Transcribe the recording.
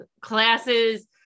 classes